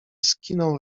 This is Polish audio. skinął